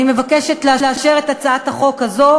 אני מבקשת לאשר את הצעת החוק הזו.